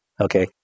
okay